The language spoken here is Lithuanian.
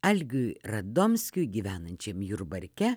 algiui radomskiui gyvenančiam jurbarke